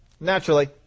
naturally